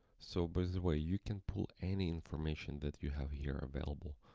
so by the way, you can pull any information that you have here available.